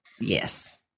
Yes